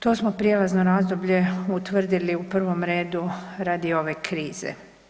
To smo prijelazno razdoblje utvrdili u prvom redu radi ove krize.